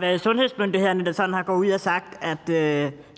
det er sundhedsmyndighederne, der har været ude at